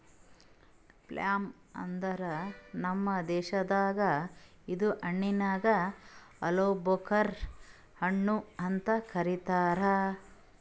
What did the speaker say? plum ಅಂದುರ್ ನಮ್ ದೇಶದಾಗ್ ಇದು ಹಣ್ಣಿಗ್ ಆಲೂಬುಕರಾ ಹಣ್ಣು ಅಂತ್ ಕರಿತಾರ್